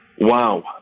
Wow